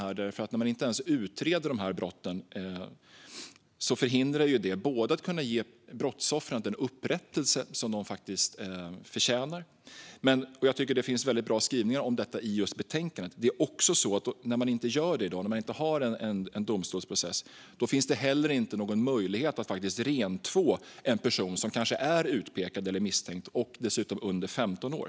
Om dessa brott inte ens utreds förhindrar det både att ge brottsoffren den upprättelse de förtjänar och, vilket det finns bra skrivningar om i betänkandet, att rentvå en person som är utpekad och misstänkt och under 15 år.